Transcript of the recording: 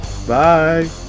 Bye